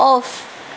of